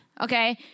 Okay